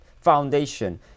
foundation